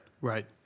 right